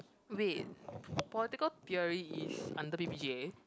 wait political theory is under p_p_g_a